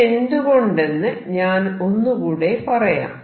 ഇതെന്തുകൊണ്ടെന്ന് ഞാൻ ഒന്നുകൂടെ പറയാം